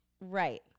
Right